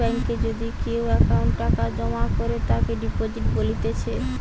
বেঙ্কে যদি কেও অ্যাকাউন্টে টাকা জমা করে তাকে ডিপোজিট বলতিছে